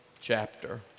chapter